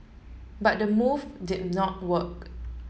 but the move did not work